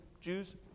Jews